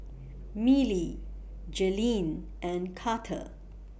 Miley Jailene and Karter